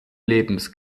lebens